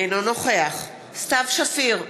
אינו נוכח סתיו שפיר,